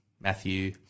Matthew